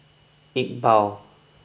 Iqbal